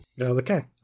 Okay